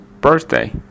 birthday